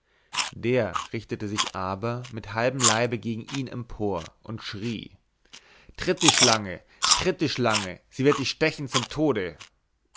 der richtete sich aber mit halbem leibe gegen ihn empor und schrie tritt die schlange tritt die schlange sie wird dich stechen zum tode